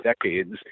decades